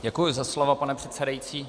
Děkuji za slovo, pane předsedající.